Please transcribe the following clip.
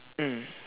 mm